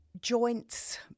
Joints